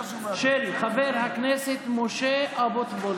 של חבר הכנסת משה אבוטבול,